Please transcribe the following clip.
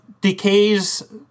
decays